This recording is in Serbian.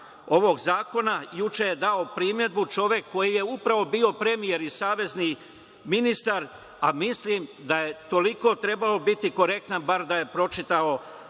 ovog zakona, juče je dao primedbu, čovek koji je upravo bio premijer i savezni ministar, a mislim da je toliko trebao biti korektan bar da je pročitao